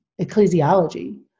ecclesiology